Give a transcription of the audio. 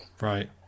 right